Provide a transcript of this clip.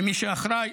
ומי שאחראי